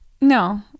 No